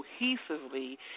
cohesively